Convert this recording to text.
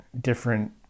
different